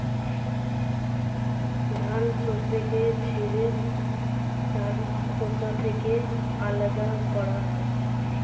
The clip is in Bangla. ধান শস্যকে ঝেড়ে তার খোসা থেকে আলাদা করা হয়